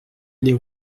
lès